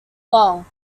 long